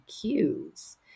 cues